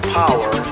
power